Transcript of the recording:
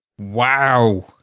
Wow